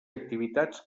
activitats